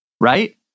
right